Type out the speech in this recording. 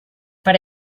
per